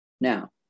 Now